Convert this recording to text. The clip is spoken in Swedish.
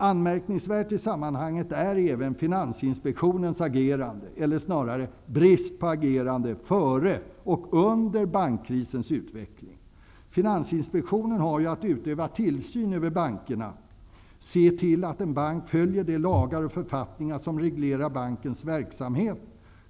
Anmärkningsvärt i sammanhanget är även Finansinspektionens agerande, eller snarare brist på agerande, före och under bankkrisens utveckling. Finansinspektionen har att utöva tillsyn över bankerna, dvs. se till att en bank följer de lagar och författningar som reglerar bankens verksamhet.